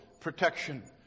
protection